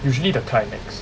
usually the climax